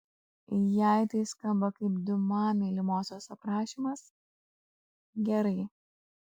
jei tai skamba kaip diuma mylimosios aprašymas gerai